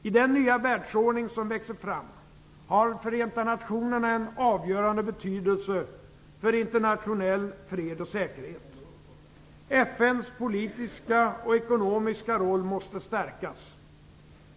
I den nya världsordning som växer fram har Förenta nationerna en avgörande betydelse för internationell fred och säkerhet. FN:s politiska och ekonomiska roll måste stärkas.